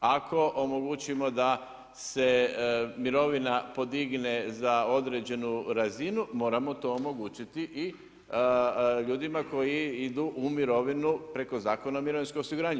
Ako omogućimo da se mirovina podigne za određenu razinu moramo to omogućiti i ljudima koji idu u mirovinu preko Zakona o mirovinskom osiguranju.